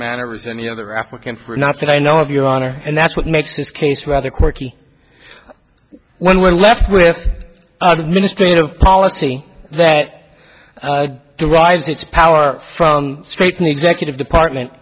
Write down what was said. manner as any other african for not that i know of your honor and that's what makes this case rather quirky when we're left with the ministry of policy that derives its power from straight an executive department